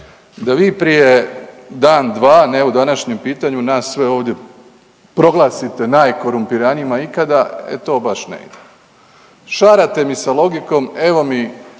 da vi prije dan, dva ne u današnjem pitanju nas sve ovdje proglasite najkorumpiranijima ikada, e to baš ne ide. Šarate mi se logikom evo mi,